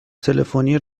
تلفنی